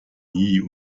nie